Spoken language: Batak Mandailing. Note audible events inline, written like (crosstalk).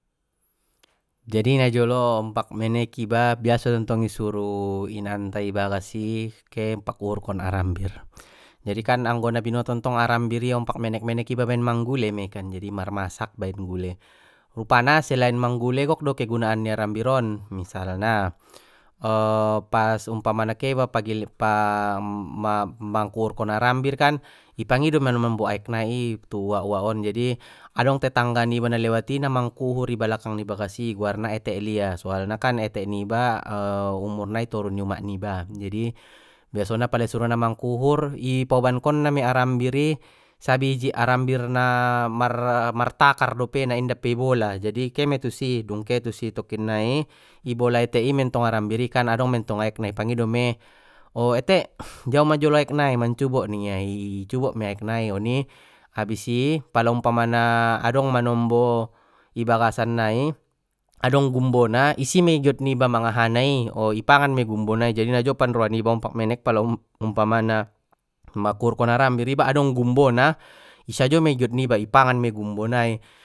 Jadi najolo ompak menek iba biaso dentong i suru inanta i bagas i ke pakuhurkon arambir jadi kan anggo na binoto arambir i ompak menek menek iba baen manggule mei kan marmasak baen gule, rupana selain manggule gok do kegunaan ni arambir on misalna (hesitation) pas umpamana ke iba pagiling (unintelligible) mangkuhurkon arambir kan i pangido mei manombo aek nai i tu uwak uwak on jadi adong tetangga niba na lewat i na mangkuhur i balakang bagas i guarna etek lia soalna kan etek niba (hesitation) umur nai i toru ni umak niba jadi biasona pala isuruonna mangkuhur i paoban kon na mei arambir i sabijik arambir na mar-mar takar dope na indape i bola jadi ke me tusi dung ke tusi tokinnai i bola etek i mentong arambir i kan adong mentong aek na i pangido mei o etek jauma jolo aek nai mancubo ningia i i cubo mei aek nai oni abis i pala umpamana adong manombo i bagasan nai adong gumbo isi mei giot niba mang ahai na i i pangan mei gumbo nai jadi na jopan roa niba ompak menek pala umpa umpamana pakuhurkon arambir iba adong gumbo na i sajo mei giot niba i pangan mei gumbo nai.